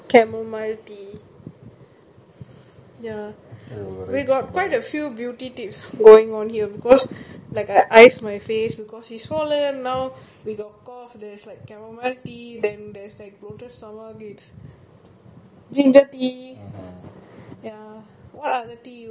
ya he got quite a few beauty tips only for me uh for me like ice my ice my face because its swollen now you got cough there's the chamomile tea then there's bloated stomach is ginger tea ya all are the tea use ohya the lavender is more for relaxing